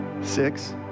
six